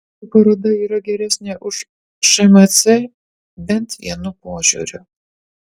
vartų paroda yra geresnė už šmc bent vienu požiūriu